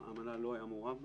המל"ל לא היה מעורב בהם.